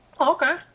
Okay